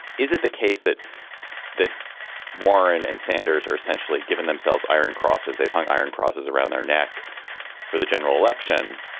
is it the case that that warren and sanders are essentially giving themselves iron crosses they've hung iron crosses around their neck for the general election.